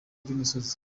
umusozi